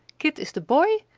kit is the boy,